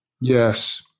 Yes